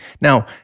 Now